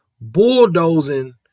bulldozing